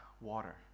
water